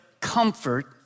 comfort